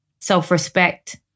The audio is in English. self-respect